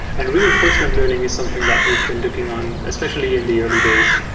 and reinforcement learning is something that we've been looking on especially in the early days.